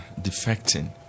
defecting